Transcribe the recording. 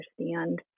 understand